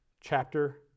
chapter